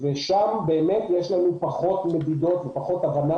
שם באמת יש לנו פחות מדידות ופחות הבנה